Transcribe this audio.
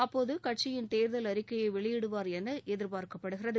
அப்போது கட்சியின் தேர்தல் அறிக்கையை வெளியிடுவார் என எதிர்பார்க்கப்படுகிறது